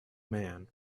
man